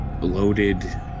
bloated